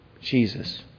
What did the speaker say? Jesus